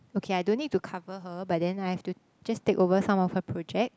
okay I don't need to cover her but then I have to just take over some of her project